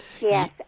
yes